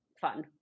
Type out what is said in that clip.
fun